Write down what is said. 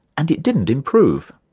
and it didn't improve.